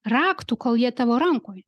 raktų kol jie tavo rankoj